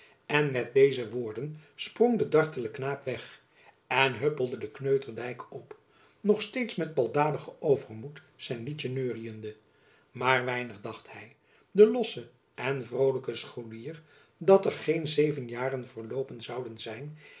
en met deze woorden sprong de dartele knaap weg en huppelde den kneuterdijk op nog steeds met baldadigen overmoed zijn liedtjen neuriënde maar weinig dacht hy de losse en vrolijke scholier dat er geen zeven jaren verloopen zouden zijn